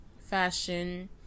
fashion